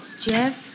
Jeff